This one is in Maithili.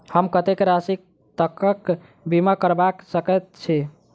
हम कत्तेक राशि तकक बीमा करबा सकैत छी?